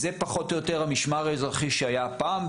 זה פחות או יותר המשמר האזרחי שהיה פעם,